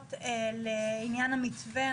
תשובות לעניין המתווה?